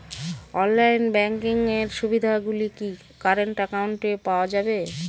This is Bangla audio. অনলাইন ব্যাংকিং এর সুবিধে গুলি কি কারেন্ট অ্যাকাউন্টে পাওয়া যাবে?